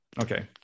Okay